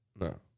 No